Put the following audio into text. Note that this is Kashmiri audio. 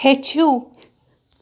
ہیٚچھِو